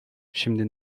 şimdi